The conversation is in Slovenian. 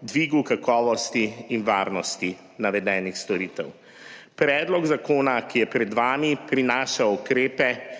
dvigu kakovosti in varnosti navedenih storitev. Predlog zakona, ki je pred vami, prinaša ukrepe,